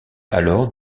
alors